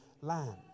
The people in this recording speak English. land